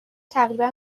تقریبا